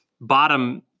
bottom